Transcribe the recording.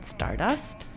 Stardust